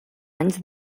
anys